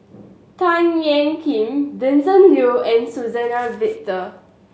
Tan Ean Kiam Vincent Leow and Suzann Victor